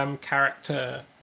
character